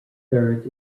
third